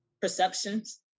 perceptions